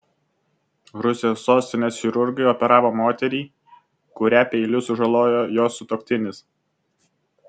rusijos sostinės chirurgai operavo moterį kurią peiliu sužalojo jos sutuoktinis